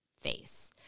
face